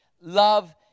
Love